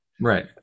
Right